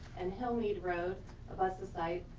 and hillmead road abuts the site,